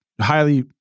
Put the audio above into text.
highly